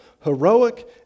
heroic